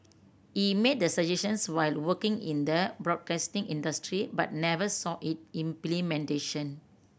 he made the suggestions while working in the broadcasting industry but never saw it implementation